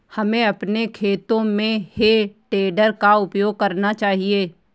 हमें अपने खेतों में हे टेडर का प्रयोग करना चाहिए